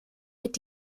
mit